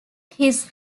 his